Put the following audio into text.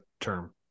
term